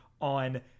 on